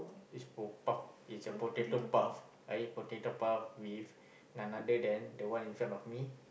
it's called puff is a potato puff I eat potato puff with none other than the one in front of me